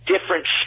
different